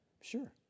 Sure